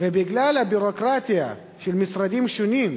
ובגלל הביורוקרטיה של משרדים שונים,